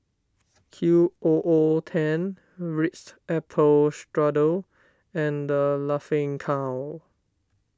Q O O ten Ritz Apple Strudel and the Laughing Cow